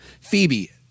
Phoebe